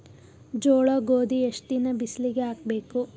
ಜೋಳ ಗೋಧಿ ಎಷ್ಟ ದಿನ ಬಿಸಿಲಿಗೆ ಹಾಕ್ಬೇಕು?